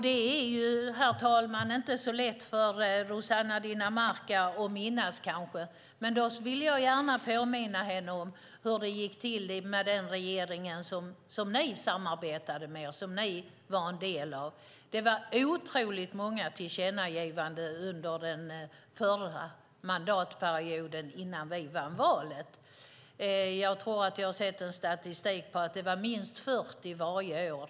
Det är kanske inte så lätt för Rossana Dinamarca att minnas, men jag vill gärna påminna henne om hur det gick till i den regering som de samarbetade med och som de var en del av. Det var otroligt många tillkännagivanden under mandatperioden innan vi vann valet. Jag tror att jag har sett statistik på att det var minst 40 varje år.